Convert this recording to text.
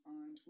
on